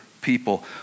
people